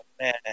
man